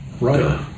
Right